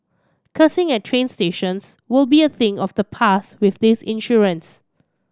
cursing at train stations will be a thing of the past with this insurance